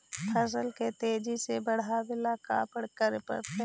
फसल के तेजी से बढ़ावेला का करे पड़तई?